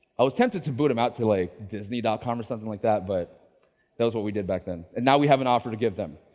i was tempted to boot them out to like disney dot com or something like that, but that was what we did back then, and now we have an offer to give them.